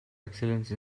excellence